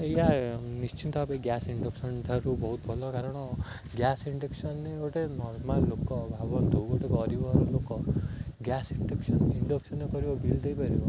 ଏୟା ନିଶ୍ଚିନ୍ତ ଭାବେ ଗ୍ୟାସ୍ ଇଣ୍ଡକ୍ସନ୍ ଠାରୁ ବହୁତ ଭଲ କାରଣ ଗ୍ୟାସ୍ ଇଣ୍ଡକ୍ସନ୍ ଗୋଟେ ନର୍ମାଲ୍ ଲୋକ ଭାବନ୍ତୁ ଗୋଟେ ଗରିବର ଲୋକ ଗ୍ୟାସ୍ ଇଣ୍ଡକ୍ସନ୍ ଇଣ୍ଡକ୍ସନ୍ କରିବ ବିଲ୍ ଦେଇପାରିବ